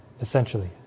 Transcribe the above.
essentially